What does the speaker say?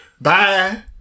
Bye